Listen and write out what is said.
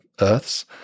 Earths